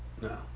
No